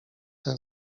ten